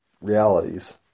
realities